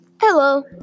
Hello